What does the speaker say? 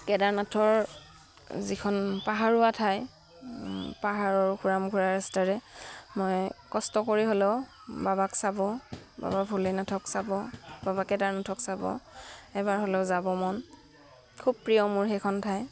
কেদাৰনাথৰ যিখন পাহাৰুৱা ঠাই পাহাৰৰ ওখোৰা মোখোৰা ৰাস্তাৰে মই কষ্ট কৰি হ'লেও বাবাক চাব বাবা ভুলনাাথক চাব বাবা কেদাৰনাথক চাব এবাৰ হ'লেও যাব মন খুব প্ৰিয় মোৰ সেইখন ঠাই